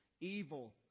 evil